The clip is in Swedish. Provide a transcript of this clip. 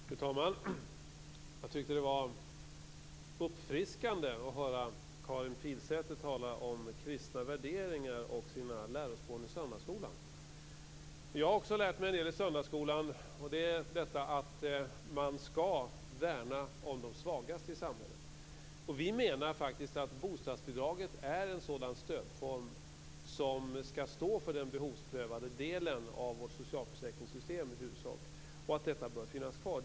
Fru talman! Jag tyckte att det var uppfriskande att höra Karin Pilsäter tala om kristna värderingar och sina lärospån i söndagsskolan. Jag har också lärt mig en del i söndagsskolan, nämligen att man skall värna om de svagaste i samhället. Vi menar faktiskt att bostadsbidraget är en sådan stödform som i huvudsak skall stå för den behovsprövade delen av vårt socialförsäkringssystem och att detta bör finnas kvar.